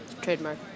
trademark